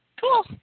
Cool